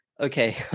okay